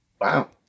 Wow